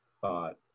thought